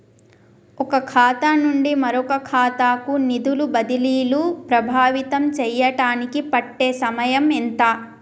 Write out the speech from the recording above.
ఒక ఖాతా నుండి మరొక ఖాతా కు నిధులు బదిలీలు ప్రభావితం చేయటానికి పట్టే సమయం ఎంత?